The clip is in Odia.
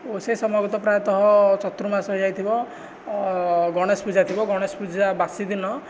ଓ ସେ ସମୟକୁ ତ ପ୍ରାୟତଃ ଚତୁର୍ମାସ ହେଇଯାଇଥିବ ଗଣେଶ ପୂଜା ଥିବ ଗଣେଶ ପୂଜା ବାସି ଦିନ